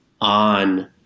on